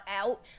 out